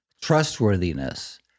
trustworthiness